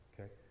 okay